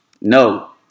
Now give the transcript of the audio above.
No